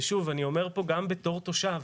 ושוב, אני אומר פה גם בתור תושב